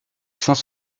saint